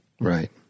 Right